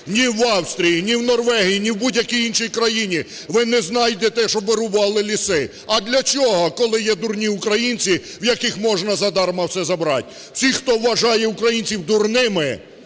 Ні в Австрії, ні в Норвегії, ні в будь-якій іншій країні ви не знайдете, щоб вирубували ліси. А для чого, коли є дурні українці, в яких можна задарма все забрати. Всіх, хто вважає українців дурними,